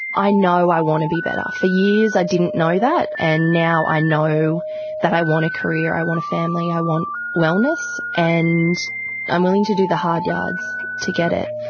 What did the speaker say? i know i want to be better. for years i didn't know that, and now i know that i want a career, i want a family, i want wellness. and i'm willing to do the hard yards to get it.